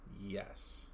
Yes